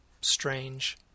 strange